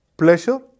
pleasure